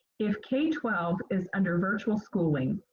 if k twelve is under virtual schooling,